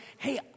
Hey